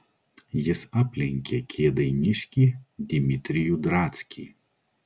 jis aplenkė kėdainiškį dimitrijų drackį